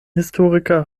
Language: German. historiker